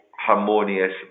harmonious